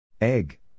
Egg